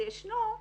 זה ישנו,